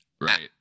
right